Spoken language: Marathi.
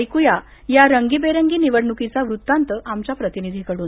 एकू या या रंगबिरंगी निवडणुकीचा वृत्तांत आमच्या प्रतिनिधीकडून